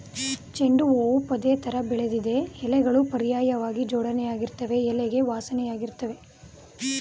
ಚೆಂಡು ಹೂ ಪೊದೆತರ ಬೆಳಿತದೆ ಎಲೆಗಳು ಪರ್ಯಾಯ್ವಾಗಿ ಜೋಡಣೆಯಾಗಿರ್ತವೆ ಎಲೆಗೆ ವಾಸನೆಯಿರ್ತದೆ